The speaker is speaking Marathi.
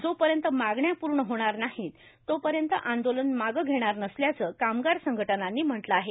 जोपर्यंत मागण्या पूर्ण होणार नाही तो पर्यंत आंदोलन मागं घेणार नसल्याचं कामगार संघटनांनी म्हटलं आहे